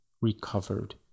recovered